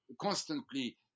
constantly